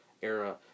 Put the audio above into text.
era